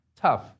tough